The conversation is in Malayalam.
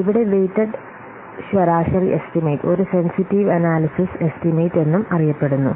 ഇവിടെ വെയ്റ്റഡ് ശരാശരി എസ്റ്റിമേറ്റ് ഒരു സെൻസിറ്റീവ് അനാലിസിസ് എസ്റ്റിമേറ്റ് എന്നും അറിയപ്പെടുന്നു